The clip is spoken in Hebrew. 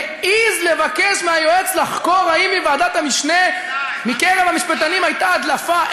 העז לבקש מהיועץ לחקור אם מוועדת המשנה מקרב המשפטנים הייתה הדלפה.